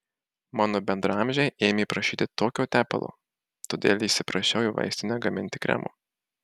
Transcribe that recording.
mano bendraamžiai ėmė prašyti tokio tepalo todėl įsiprašiau į vaistinę gaminti kremų